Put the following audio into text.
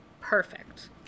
Perfect